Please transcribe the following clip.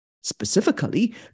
Specifically